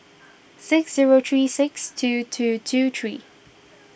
six zero three six two two two three